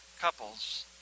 couples